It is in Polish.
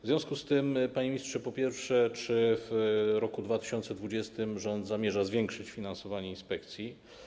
W związku z tym, panie ministrze, po pierwsze, czy w roku 2020 rząd zamierza zwiększyć finansowanie inspekcji?